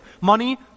Money